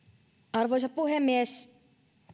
arvoisa puhemies